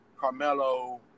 Carmelo